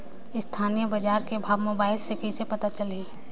स्थानीय बजार के भाव मोबाइल मे कइसे पता चलही?